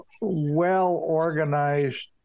well-organized